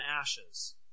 ashes